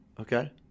Okay